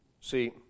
See